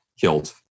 killed